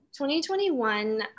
2021